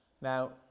Now